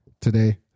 today